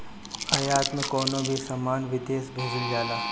आयात में कवनो भी सामान विदेश भेजल जाला